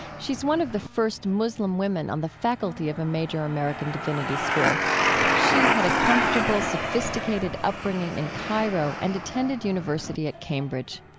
she's one of the first muslim women on the faculty of a major american divinity school she had a comfortable, sophisticated upbringing in cairo and attended university at cambridge.